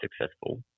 successful